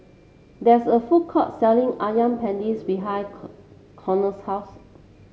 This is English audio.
there's a food court selling Asam Pedas behind Conard's house